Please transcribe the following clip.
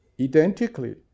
Identically